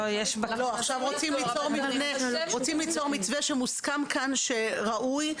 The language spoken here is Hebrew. רוצים ליצור מתווה שמוסכם כאן שראוי,